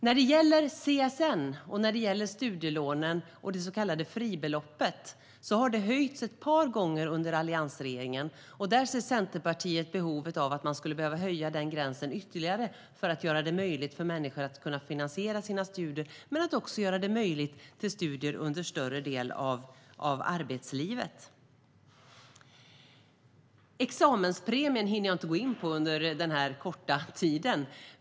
När det gäller CSN, studielånen och det så kallade fribeloppet har de höjts ett par gånger under alliansregeringens tid. Centerpartiet ser ett behov av att höja gränsen ytterligare för att göra det möjligt för människor att finansiera sina studier men också för att göra det möjligt för studier under en större del av arbetslivet. Examenspremien hinner jag inte gå in på under min korta talartid.